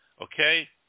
Okay